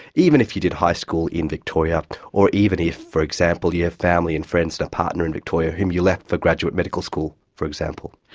even if you did high school in victoria or even if, for example, you have family and friends and a partner in victoria whom you left for graduate medical school, for example.